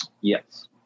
Yes